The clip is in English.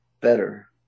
better